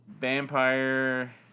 Vampire